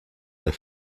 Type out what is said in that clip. der